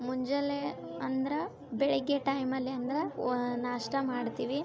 ಮುಂಜಾಲೆ ಅಂದ್ರ ಬೆಳಗ್ಗೆ ಟೈಮಲ್ಲಿ ಅಂದ್ರ ನಾಷ್ಟ ಮಾಡ್ತೀವಿ